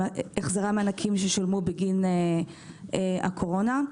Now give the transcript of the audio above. אלה ששולמו בגין הקורונה.